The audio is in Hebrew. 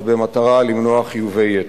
במטרה למנוע חיובי יתר.